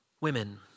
Women